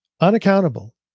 Unaccountable